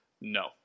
No